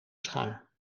schaar